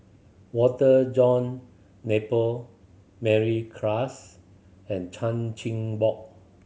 Walter John Napier Mary Klass and Chan Chin Bock